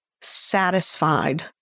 satisfied